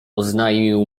oznajmił